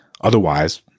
Otherwise